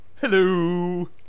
Hello